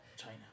China